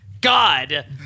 God